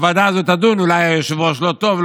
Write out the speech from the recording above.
הוועדה הזו תדון שאולי היושב-ראש לא טוב,